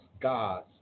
gods